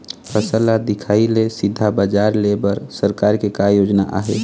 फसल ला दिखाही से सीधा बजार लेय बर सरकार के का योजना आहे?